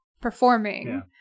performing